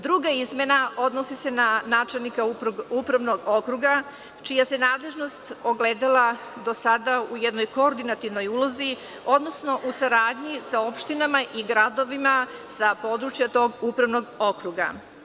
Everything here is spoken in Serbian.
Druga izmena odnosi se na načelnika upravnog okruga čija se nadležnost do sada ogledala u jednoj koordinativnoj ulozi, odnosno u saradnji sa opštinama i gradovima sa područja tog upravnog okruga.